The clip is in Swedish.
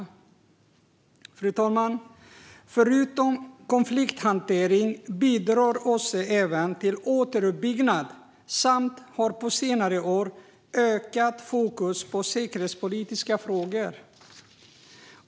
Organisationen för säkerhet och sam-arbete i Europa Fru talman! Förutom konflikthantering bidrar OSSE även till återuppbyggnad och har på senare år ökat fokus på säkerhetspolitiska frågor.